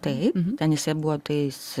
tai ten jisai buvo tais